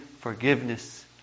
forgiveness